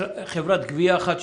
חברת גבייה אחת,